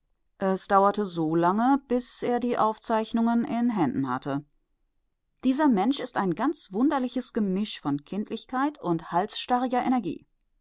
es dauerte so lange bis er die aufzeichnungen in händen hatte dieser mensch ist ein ganz wunderliches gemisch von kindlichkeit und halsstarriger energie